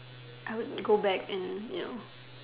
I would go back and you know